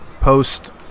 post